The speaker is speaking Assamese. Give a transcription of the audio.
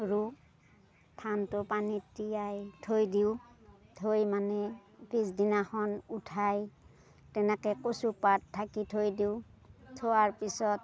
ৰোওঁ ধানটো পানীত তিয়াই থৈ দিওঁ থৈ মানে পিছদিনাখন উঠাই তেনেকে কচুপাত ঢাকি থৈ দিওঁ থোৱাৰ পিছত